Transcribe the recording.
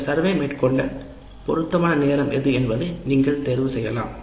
இந்த கணக்கெடுப்பை மேற்கொள்ள பொருத்தமான நேரம் எது என்பதை நீங்கள் தேர்வு செய்யலாம்